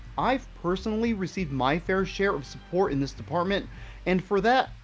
i've personally received my fair share of support in this department and for that,